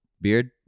Beard